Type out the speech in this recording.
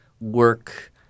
work